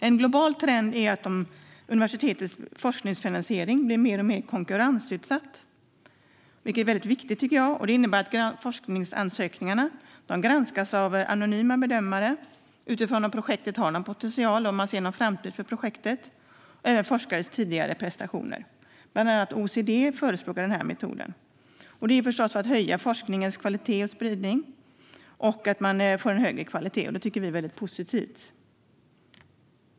En global trend är att universitetens forskningsfinansiering blir mer och mer konkurrensutsatt, vilket är väldigt viktigt, tycker jag. Det innebär att forskningsansökningarna granskas av anonyma bedömare utifrån om projektet har någon potential och om man ser någon framtid för projektet och även utifrån forskares tidigare prestationer. Bland annat OECD förespråkar denna metod. Syftet är förstås att höja forskningens kvalitet och spridning. Detta tycker vi är väldigt positivt.